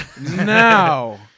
Now